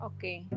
Okay